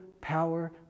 power